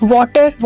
Water